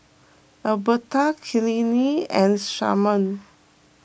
Alberta Kylene and Sharman